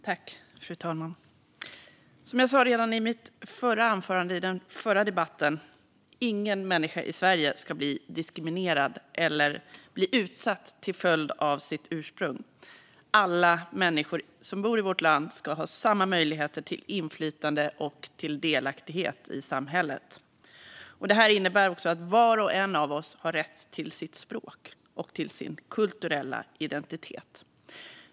Fru talman! Som jag sa redan i mitt förra anförande, i den förra debatten: Ingen människa i Sverige ska bli diskriminerad eller bli utsatt till följd av sitt ursprung. Alla människor som bor i vårt land ska ha samma möjligheter till inflytande och till delaktighet i samhället. Det innebär också att var och en av oss har rätt till sitt språk och sin kulturella identitet.